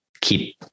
keep